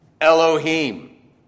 Elohim